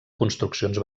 construccions